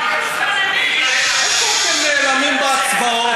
איפה אתם נעלמים בהצבעות?